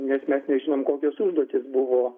nes mes nežinom kokios užduotys buvo